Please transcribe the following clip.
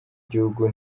gihugu